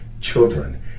children